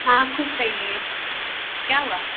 हाँ खुश रहिए क्या हुआ